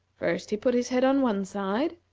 first he put his head on one side,